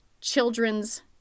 children's